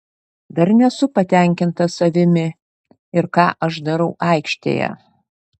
dar nesu patenkintas savimi ir ką aš darau aikštėje